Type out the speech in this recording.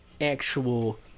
actual